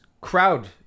crowd